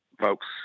Folks